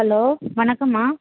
hello வணக்கம்மா